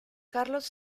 carlos